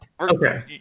Okay